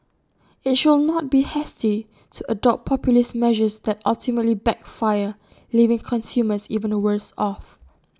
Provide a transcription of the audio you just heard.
IT should not be hasty to adopt populist measures that ultimately backfire leaving consumers even the worse off